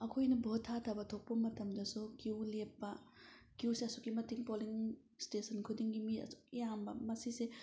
ꯑꯩꯈꯣꯏꯅ ꯚꯣꯠ ꯊꯥꯗꯕ ꯊꯣꯛꯄ ꯃꯇꯝꯗꯁꯨ ꯀ꯭ꯌꯨ ꯂꯦꯞꯄ ꯀ꯭ꯌꯨꯁꯦ ꯑꯁꯨꯛꯀꯤ ꯃꯇꯤꯛ ꯄꯣꯂꯤꯡ ꯏꯁꯇꯦꯁꯟ ꯈꯨꯗꯤꯡꯒꯤ ꯃꯤ ꯑꯁꯨꯛ ꯌꯥꯝꯕ ꯃꯁꯤꯁꯦ